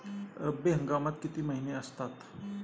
रब्बी हंगामात किती महिने असतात?